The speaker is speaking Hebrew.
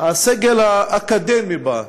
הסגל האקדמי בהם,